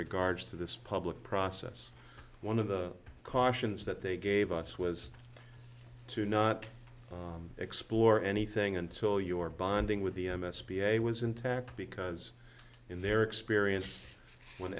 regards to this public process one of the cautions that they gave us was to not explore anything until your bonding with the m s p a was intact because in their experience when